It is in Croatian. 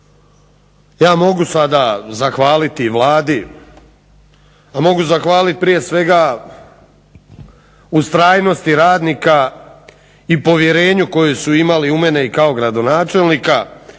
Ja mogu sada zahvaliti Vladi, a mogu zahvaliti prije svega ustrajnosti radnika i povjerenju koji su imali u mene i kao gradonačelnika